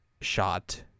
shot